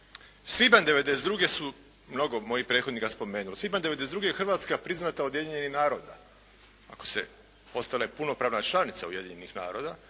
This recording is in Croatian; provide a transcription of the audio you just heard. Svibanj 92. su mnogo mojih prethodnika spomenuli. U svibnju 92. je Hrvatska priznata od Ujedinjenih naroda, postala je punopravna članica Ujedinjenih naroda,